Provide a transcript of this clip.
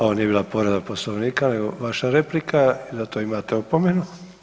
Ovo nije bila povreda Poslovnika nego vaša replika i zato imate opomenu.